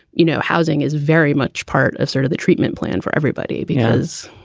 you know, housing is very much part of sort of the treatment plan for everybody because,